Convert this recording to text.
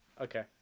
Okay